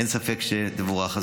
אין ספק שזה מבורך.